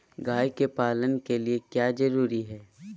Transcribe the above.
गाय के पालन के लिए क्या जरूरी है?